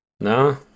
No